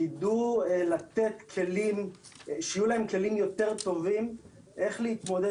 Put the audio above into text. שיהיו להם כלים יותר טובים איך להתמודד